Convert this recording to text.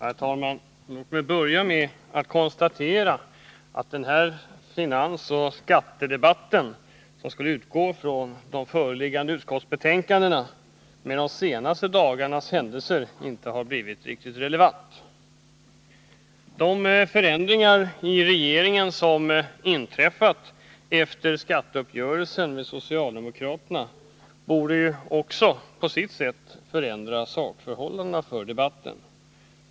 Herr talman! Låt mig börja med att konstatera att den här finansoch skattedebatten, som skulle utgå från de föreliggande utskottsbetänkandena, på grund av de senaste dagarnas händelser inte blivit riktigt relevant. De förändringar i regeringen som inträffat efter skatteuppgörelsen med socialdemokraterna borde också på sitt sätt förändra sakförhållandena för debatten.